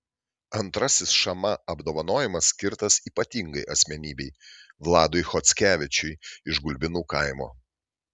antrasis šama apdovanojimas skirtas ypatingai asmenybei vladui chockevičiui iš gulbinų kaimo